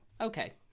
okay